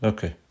Okay